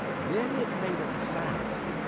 then it made a sound,